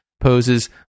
poses